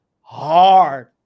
hard